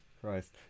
Christ